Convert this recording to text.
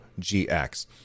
GX